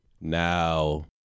now